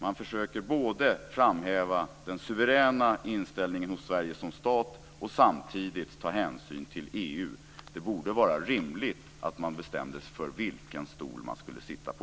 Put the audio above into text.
Man försöker både framhäva den suveräna inställningen hos Sverige som stat och samtidigt ta hänsyn till EU. Det borde vara rimligt att man bestämmer sig för vilken stol man ska sitta på.